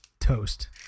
toast